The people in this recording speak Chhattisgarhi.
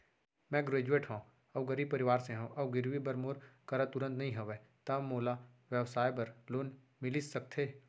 मैं ग्रेजुएट हव अऊ गरीब परवार से हव अऊ गिरवी बर मोर करा तुरंत नहीं हवय त मोला व्यवसाय बर लोन मिलिस सकथे?